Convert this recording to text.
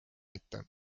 mitte